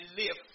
live